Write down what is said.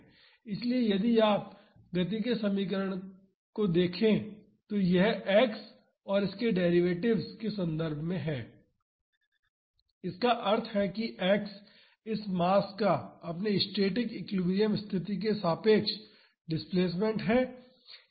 इसलिए यदि आप गति के इस समीकरण को देखें तो यह x और इसके डेरिवेटिव्स के संदर्भ में है इसका अर्थ है कि x इस मास का अपनी स्टैटिक एक्विलिब्रियम स्थिति के सापेक्ष डिस्प्लेसमेंट है